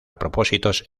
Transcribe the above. propósitos